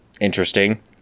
interesting